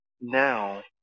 now